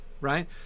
right